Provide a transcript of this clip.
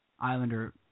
Islander